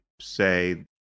say